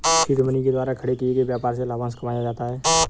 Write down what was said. seed money के द्वारा खड़े किए गए व्यापार से लाभांश कमाया जाता है